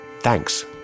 thanks